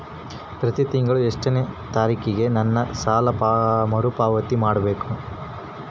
ಪ್ರತಿ ತಿಂಗಳು ಎಷ್ಟನೇ ತಾರೇಕಿಗೆ ನನ್ನ ಸಾಲದ ಮರುಪಾವತಿ ಮಾಡಬೇಕು?